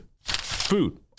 food